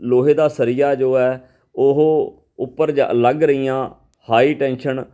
ਲੋਹੇ ਦਾ ਸਰੀਆ ਜੋ ਹੈ ਉਹ ਉੱਪਰ ਜਾ ਲੰਘ ਰਹੀਆਂ ਹਾਈ ਟੈਂਸ਼ਨ